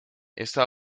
esta